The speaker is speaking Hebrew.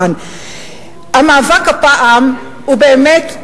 המאבק הפעם הוא באמת,